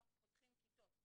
אנחנו פותחים כיתות,